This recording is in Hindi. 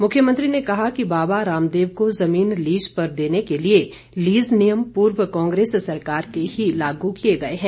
मुख्यमंत्री ने कहा कि बाबा रामदेव को जमीन लीज पर देने के लिए लीज नियम पूर्व कांग्रेस सरकार के ही लागू किए गए हैं